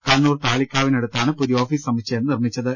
കണ്ണൂർ താളിക്കാവിനടുത്താണ് പുതിയ ഓഫീസ് സമുച്ചയം നിർമ്മിച്ചത്